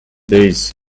days